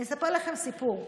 אני אספר לכם סיפור.